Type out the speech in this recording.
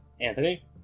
Anthony